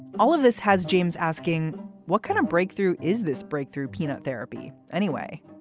all of this has james asking what kind of breakthrough is this breakthrough peanut therapy anyway.